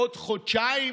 בעבורן.